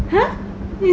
!huh!